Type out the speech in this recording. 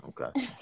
okay